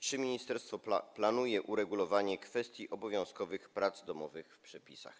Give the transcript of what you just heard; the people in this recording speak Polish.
Czy ministerstwo planuje uregulowanie kwestii obowiązkowych prac domowych w przepisach?